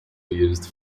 used